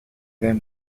than